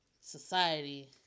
society